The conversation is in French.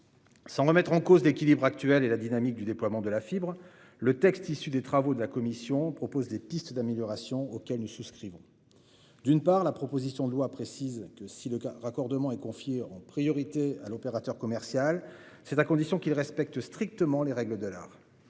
Sans remettre en cause l'équilibre actuel et la dynamique du déploiement de la fibre, le texte issu des travaux de la commission comporte des pistes d'amélioration auxquelles nous souscrivons. Tout d'abord, la proposition de loi précise que, si le raccordement est confié en priorité à l'opérateur commercial, c'est à condition qu'il respecte strictement les règles de l'art.